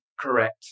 correct